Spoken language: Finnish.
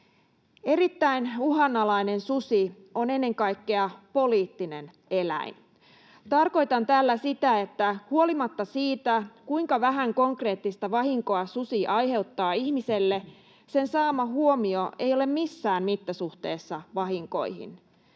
Erittäin uhanalainen susi on ennen kaikkea poliittinen eläin. Tarkoitan tällä sitä, että huolimatta siitä, kuinka vähän konkreettista vahinkoa susi aiheuttaa ihmiselle, sen saama huomio ei ole missään mittasuhteessa vahinkoihin.